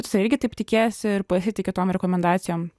nes jei irgi taip tikėsi ir pasitiki tom rekomendacijom